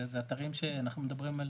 זה אתרים שאנחנו מדברים על